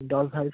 double five